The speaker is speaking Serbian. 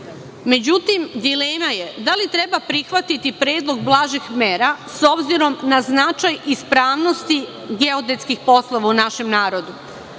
Međutim, dilema je da li treba prihvatiti predlog blažih mera, s obzirom na značaj ispravnosti geodetskih poslova u našem narodu.